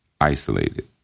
isolated